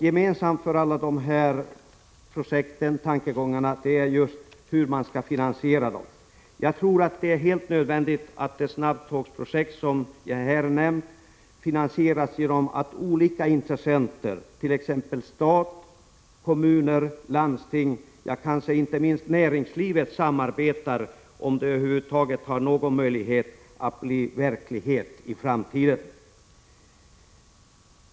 Gemensamt för alla dessa angelägna projekt är problemet hur de skall finansieras. Jag tror att det är helt nödvändigt att de snabbtågsprojekt som jag här har nämnt finansieras genom att olika intressenter, t.ex. stat, kommuner, landsting och kanske inte minst näringslivet, samarbetar, om projekten över huvud taget skall ha någon möjlighet att bli förverkligade.